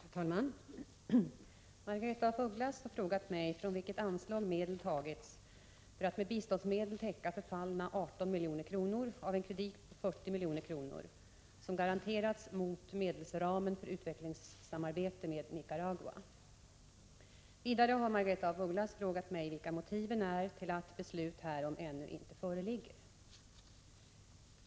Herr talman! Margaretha af Ugglas har frågat mig från vilket anslag medel tagits för att med biståndsmedel täcka förfallna 18 milj.kr. av en kredit på 40 milj.kr., som garanterats mot medelsramen för utvecklingssamarbete med Nicaragua. Vidare har Margaretha af Ugglas frågat mig vilka motiven är till att beslut härom ännu inte föreligger.